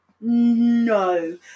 No